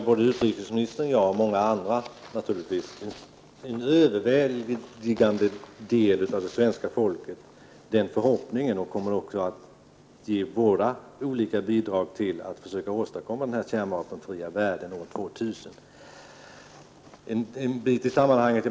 Både utrikesministern och jag, och naturligtvis den överväldigande delen av svenska folket, har förhoppningen att vi skall ha en kärnvapenfri värld år 2000, och vi kommer också att bidra härtill.